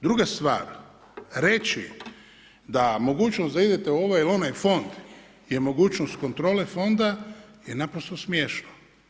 Druga stvar, reći da mogućnost da idete u ovaj ili onaj fond je mogućnost kontrole fonda je naprosto smiješno.